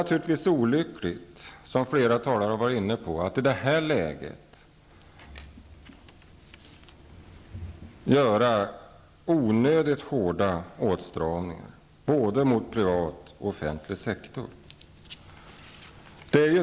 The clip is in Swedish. Naturligtvis är det olyckligt, och det har flera talare varit inne på, att i det här läget göra onödigt hårda åtstramningar riktade mot både privat och offentlig sektor.